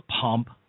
pump